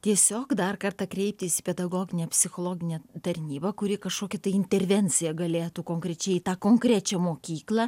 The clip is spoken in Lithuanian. tiesiog dar kartą kreiptis į pedagoginę psichologinę tarnybą kuri kažkokį tai intervencija galėtų konkrečiai tą konkrečią mokyklą